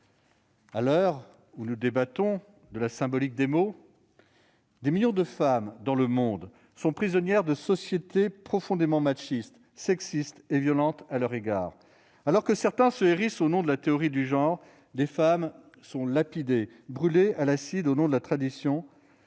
À l'heure où nous débattons de la symbolique des mots, des millions de femmes dans le monde sont prisonnières de sociétés profondément machistes, sexistes et violentes à leur égard. Alors que certains se hérissent au nom de la théorie du genre, des femmes sont lapidées, brûlées à l'acide au nom de la tradition